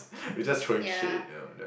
we're just throwing shade you know